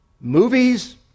movies